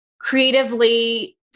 creatively